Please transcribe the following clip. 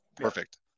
Perfect